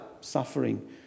suffering